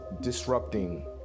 disrupting